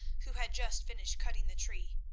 who had just finished cutting the tree,